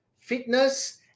fitness